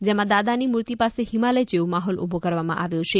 જેમાં દાદાની મૂતિ પાસે હિમાલય જેવો માહોલ ઉભો કરવામાં આવ્યો છે